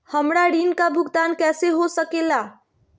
हमरा ऋण का भुगतान कैसे हो सके ला?